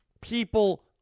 people